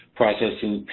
processing